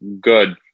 good